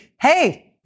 hey